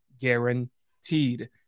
guaranteed